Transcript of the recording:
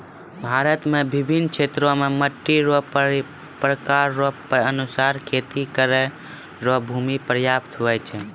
भारत मे बिभिन्न क्षेत्र मे मट्टी रो प्रकार रो अनुसार खेती करै रो भूमी प्रयाप्त हुवै छै